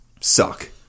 suck